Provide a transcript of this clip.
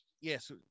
Yes